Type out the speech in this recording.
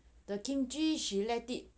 the kimchi she let it